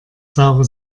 saure